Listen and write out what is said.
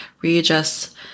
readjust